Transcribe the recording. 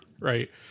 right